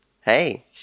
Hey